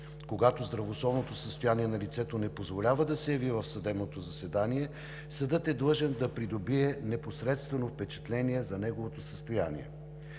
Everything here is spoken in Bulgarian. Когато здравословното състояние на лицето не позволява да се яви в съдебното заседание, съдът е длъжен да придобие непосредствено впечатление за неговото състояние.